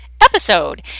episode